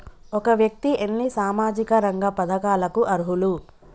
ఒక వ్యక్తి ఎన్ని సామాజిక రంగ పథకాలకు అర్హులు?